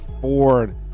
Ford